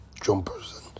jumpers